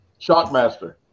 Shockmaster